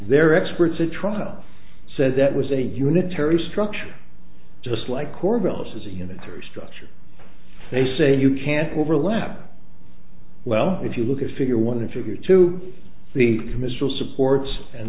they're experts at trial said that was a unitary structure just like corvallis is a unitary structure they say you can't overlap well if you look at figure one in figure two the missile supports and